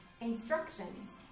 instructions